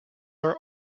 are